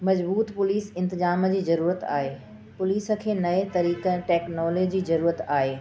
मज़बूत पुलीस इंतिज़ाम जी ज़रूरत आहे पुलीस खे नए तरीक़नि टेक्नोले जी ज़रूरत आहे